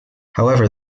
however